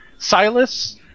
Silas